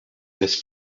this